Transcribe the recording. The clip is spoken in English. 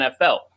NFL